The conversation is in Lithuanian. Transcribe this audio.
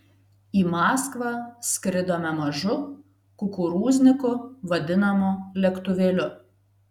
į maskvą skridome mažu kukurūzniku vadinamu lėktuvėliu